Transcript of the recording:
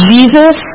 Jesus